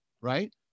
right